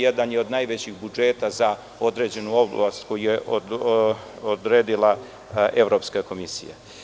Jedan je od najvećih budžeta za određenu oblast koju je odredila Evropska komisija.